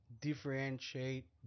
differentiate